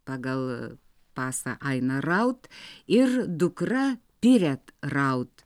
pagal pasą aina raud ir dukra piret raud